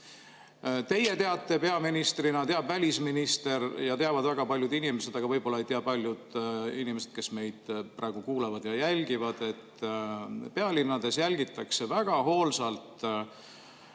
Teie teate peaministrina, teab välisminister ja teavad väga paljud inimesed, aga võib-olla ei tea paljud inimesed, kes meid praegu kuulavad ja jälgivad, et pealinnades jälgitakse väga hoolsalt